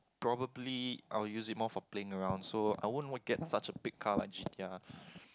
probably I will use it more for playing around so I won't whack it such a big car like G_T_R